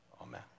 amen